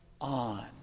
on